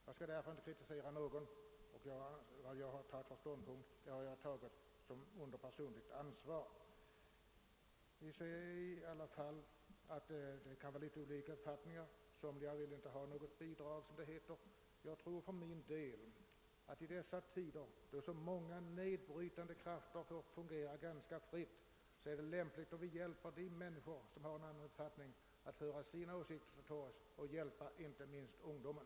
Jag skall därför inte kritisera någon för den ståndpunkt han intagit. Naturligtvis kan det föreligga något olika uppfattningar. Somliga vill inte ha något bidrag. I dessa tider då många nedbrytande krafter får fungera ganska fritt, är det lämpligt att vi hjälper de människor som har en annan uppfattning för att de skall få föra sina åsikter till torgs, och därigenom hjälper vi inte minst ungdomen.